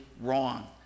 wrong